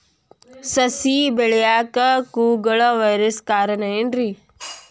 ಸಸಿ ಬೆಳೆಯಾಕ ಕುಗ್ಗಳ ವೈರಸ್ ಕಾರಣ ಏನ್ರಿ?